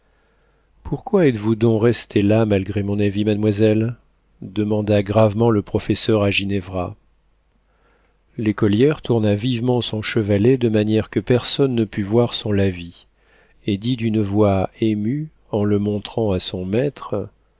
pourquoi êtes-vous donc restée là malgré mon avis mademoiselle demanda gravement le professeur à ginevra l'écolière tourna vivement son chevalet de manière que personne ne pût voir son lavis et dit d'une voix émue en le montrant à son maître